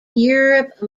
europe